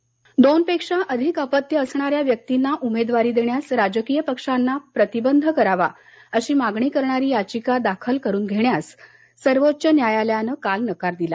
अपत्ये दोनपेक्षा अधिक अपत्य असणाऱ्या व्यक्तिंना उमेदवारी देण्यास राजकीय पक्षांना प्रतिबंध करावा अशी मागणी करणारी याचिका दाखल करुन घेण्यास सर्वोच्च न्यायालयानं काल नकार दिला